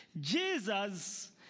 Jesus